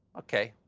okay.